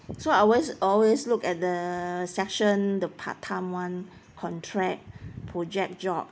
so I always always look at the section the part time [one] contract project job